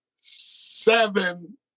seven